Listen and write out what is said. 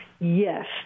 Yes